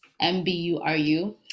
M-B-U-R-U